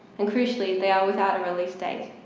and crucially, they are without a release date.